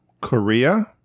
Korea